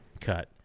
cut